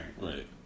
right